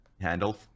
handle